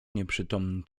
nieprzytomny